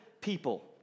people